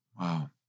Wow